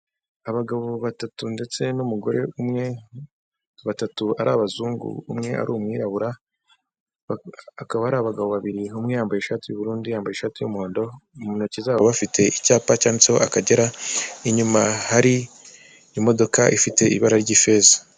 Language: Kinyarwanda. Abagabo batatu ndetse n'umugore umwe, batatu ari abazungu, umwe ari umwirabura, hakaba hari abagabo babiri umwe yambaye ishati y'ubururu undi yambaye ishati y'umuhondo, mu ntoki zabo bafite icyapa cyanditseho Akagera, inyuma hari imodoka ifite ibara ry'ifeza.